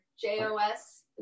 j-o-s